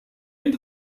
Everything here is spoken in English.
end